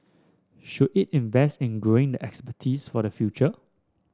should it invest in growing the expertise for the future